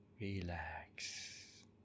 Relax